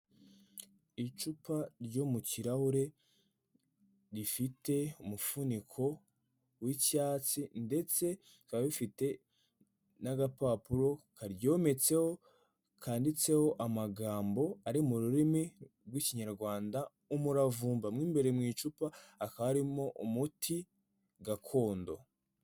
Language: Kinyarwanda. Icupa ryo mu kirahure rifite umufuniko w'icyatsi ndetse rikaba rifite n'agapapuro karyometseho, kanditseho amagambo ari mu rurimi rw'Ikinyarwanda umuravumba, mu imbere mu icupa hakaba harimo umuti gakondo.